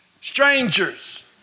strangers